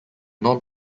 non